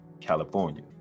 California